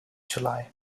july